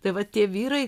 tai va tie vyrai